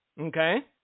Okay